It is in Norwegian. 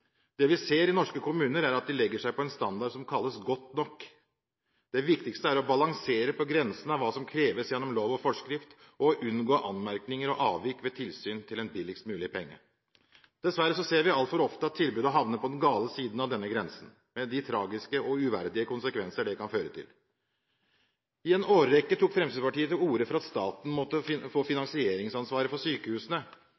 Det vi ser i norske kommuner, er at de legger seg på en standard som kalles godt nok. Det viktigste er å balansere på grensen av hva som kreves gjennom lov og forskrift, og å unngå anmerkninger og avvik ved tilsyn til en billigst mulig penge. Dessverre ser vi altfor ofte at tilbudet havner på den gale siden av denne grensen, med de tragiske og uverdige konsekvenser det kan få. I en årrekke tok Fremskrittspartiet til orde for at staten måtte få